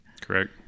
Correct